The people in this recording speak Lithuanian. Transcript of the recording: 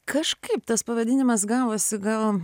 kažkaip tas pavadinimas gavosi gal